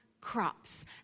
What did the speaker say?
crops